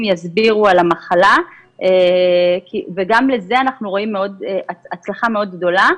יסבירו על המחלה וגם בזה אנחנו ראינו הצלחה מאוד גדולה.